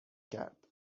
کرد